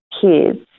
kids